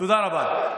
תודה רבה.